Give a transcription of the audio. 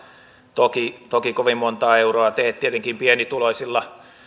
toki toki kovin montaa euroa tee tietenkin pienituloisilla